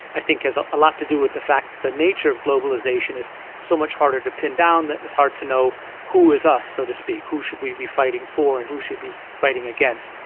i think has a lot to do with the fact that the nature of globalisation is so much harder to pin down that it's hard to know who is us, so to speak, who should we be fighting for and who should we be fighting against.